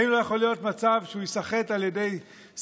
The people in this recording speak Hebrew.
האם לא יכול להיות מצב שהוא ייסחט על ידי שר